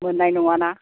मोननाय नङाना